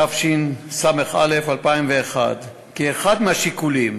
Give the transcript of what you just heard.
התשס"א 2001, כי אחד מהשיקולים